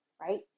right